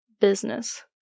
business